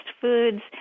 foods